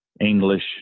English